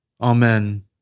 Amen